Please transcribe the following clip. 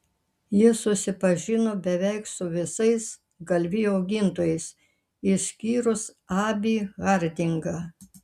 ji susipažino beveik su visais galvijų augintojais išskyrus abį hardingą